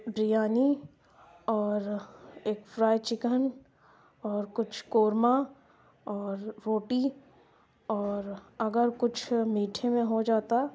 بریانی اور ایک fry chicken اور کچھ قورمہ اور روٹی اور اگر کچھ میٹھے میں ہو جاتا